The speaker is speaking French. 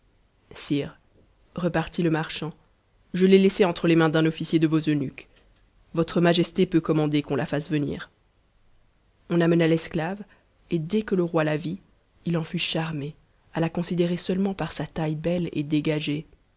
sire repartit le marchand je l'ai la'ssc entre les mains d'un officier de vos eunuques votre majesté peut comander qu'on la fasse venir on amena l'esclave et dès que le roi la vit il en fut charmé à la co jeter seutenient par sa taiiïe belle et dégagée